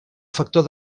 factor